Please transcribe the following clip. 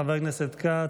חבר הכנסת כץ,